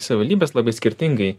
savivaldybės labai skirtingai